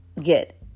get